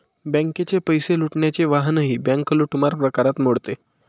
बँकेचे पैसे लुटण्याचे वाहनही बँक लूटमार प्रकारात मोडते